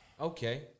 Okay